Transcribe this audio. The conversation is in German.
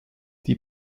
die